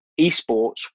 eSports